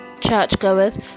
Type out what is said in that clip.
churchgoers